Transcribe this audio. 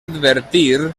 advertir